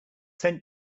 sent